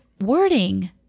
wording